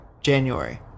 January